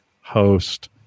host